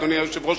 אדוני היושב-ראש,